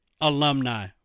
Alumni